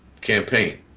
campaign